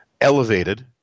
elevated